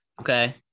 okay